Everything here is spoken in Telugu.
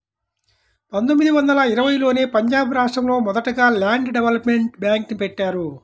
పందొమ్మిది వందల ఇరవైలోనే పంజాబ్ రాష్టంలో మొదటగా ల్యాండ్ డెవలప్మెంట్ బ్యేంక్ని బెట్టారు